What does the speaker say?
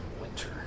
winter